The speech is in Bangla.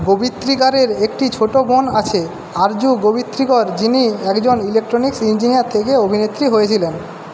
গোভিত্রিকরের একটি ছোট বোন আছে আরজু গোভিত্রিকর যিনি একজন ইলেকট্রনিক্স ইঞ্জিনিয়ার থেকে অভিনেত্রী হয়েছিলেন